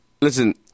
Listen